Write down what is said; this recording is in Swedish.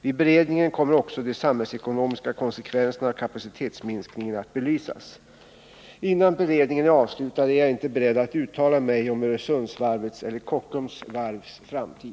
Vid beredningen kommer också de samhällsekonomiska konsekvenserna av kapacitetsminskningen att belysas. Innan beredningen är avslutad, är jag inte beredd att uttala mig om Öresundsvarvets eller Kockums varvs framtid.